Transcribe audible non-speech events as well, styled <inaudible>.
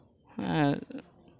<unintelligible>